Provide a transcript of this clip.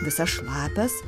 visas šlapias